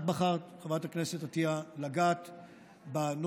את בחרת, חברת הכנסת עטייה, לגעת בנושא,